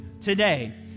today